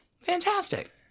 Fantastic